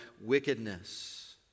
wickedness